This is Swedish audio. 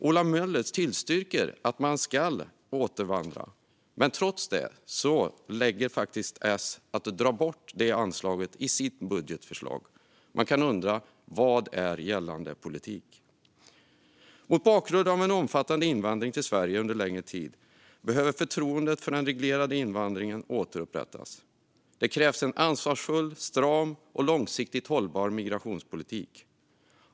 Ola Möller tillstyrker att man ska återvandra, men trots det drar S bort det anslaget i sitt budgetförslag. Man kan undra vad gällande politik är. Mot bakgrund av en omfattande invandring till Sverige under en längre tid behöver förtroendet för den reglerade invandringen återupprättas. Det krävs en ansvarsfull, stram och långsiktigt hållbar migrationspolitik.